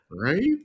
Right